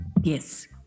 Yes